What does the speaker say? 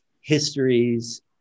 histories